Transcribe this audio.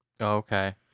Okay